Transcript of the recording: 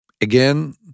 again